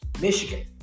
Michigan